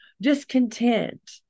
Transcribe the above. discontent